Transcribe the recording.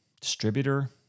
distributor